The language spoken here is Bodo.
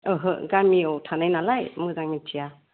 ओहो गामियाव थानाय नालाय मोजां मिथिया